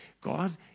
God